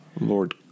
Lord